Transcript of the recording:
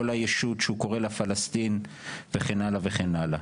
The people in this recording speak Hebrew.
הישות שהוא קורא לה פלסטין וכן הלאה וכן הלאה,